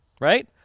Right